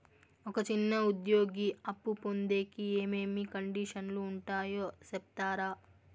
ఒక చిన్న ఉద్యోగి అప్పు పొందేకి ఏమేమి కండిషన్లు ఉంటాయో సెప్తారా?